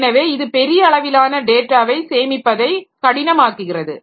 எனவே இது பெரிய அளவிலான டேட்டாவை சேமிப்பதை கடினமாக்குகிறது